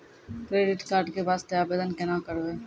Credit card के वास्ते आवेदन केना करबै?